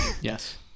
Yes